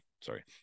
Sorry